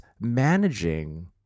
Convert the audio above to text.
managing